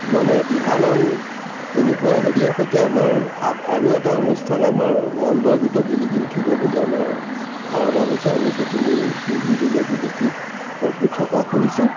মানে দিহানাম এনেকুৱা হেৰিয়ে সৈতে আমাৰ আৰু এটা অনুষ্ঠান আমাৰ ওৱৰ্ল্ডৰ ভিতৰত জিলিকি উঠিব বুলি আমাৰ ধাৰণা হৈছে আমি সেইখিনি টি ভি যোগেদি দেখি সন্তোষ প্ৰকাশ কৰিছোঁ